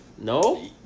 no